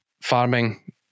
farming